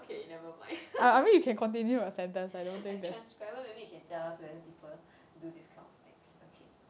okay nevermind like transcriber maybe you can tell us whether people do this kind of things okay